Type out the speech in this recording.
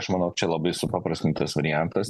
aš manau čia labai supaprastintas variantas